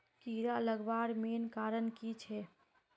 कीड़ा लगवार मेन कारण की छे?